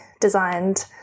designed